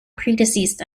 predeceased